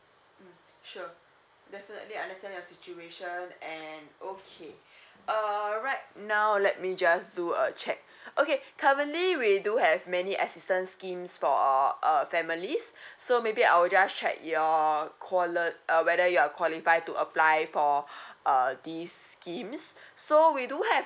mm sure definitely understand your situation and okay uh right now let me just do a check okay currently we do have many assistant schemes for uh families so maybe I'll just check your quali~ uh whether you are qualified to apply for uh this schemes so we do have